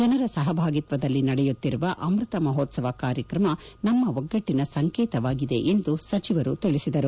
ಜನರ ಸಹಭಾಗಿತ್ವದಲ್ಲಿ ನಡೆಯುತ್ತಿರುವ ಅಮೃತ ಮಹೋತ್ಸವ ಕಾರ್ಯಕ್ರಮ ನಮ್ಮ ಒಗ್ಗಟ್ಟಿನ ಸಂಕೇತವಾಗಿದೆ ಎಂದು ಸಚಿವರು ತಿಳಿಸಿದರು